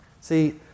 See